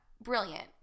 Brilliant